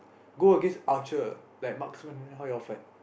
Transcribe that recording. go against archer like marksman how you all fed